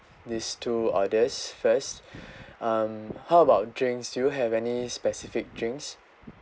these two orders first um how about drinks you have any specific drinks